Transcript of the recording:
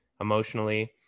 emotionally